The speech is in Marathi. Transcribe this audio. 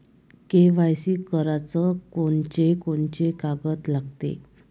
के.वाय.सी कराच कोनचे कोनचे कागद लागते?